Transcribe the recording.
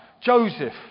Joseph